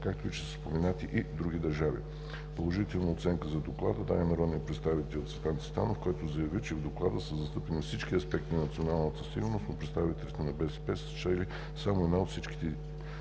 както и че са споменати и други държави. Положителна оценка за Доклада даде народният представител Цветан Цветанов, който заяви, че в Доклада са застъпени всички аспекти на националната сигурност, но представителите на БСП са чели само една от всичките